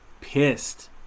pissed